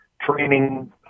training